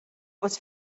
was